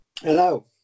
Hello